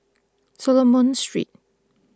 Solomon Street